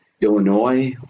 Illinois